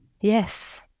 yes